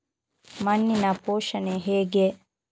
ಮಣ್ಣಿನ ಪೋಷಣೆ ಹೇಗೆ?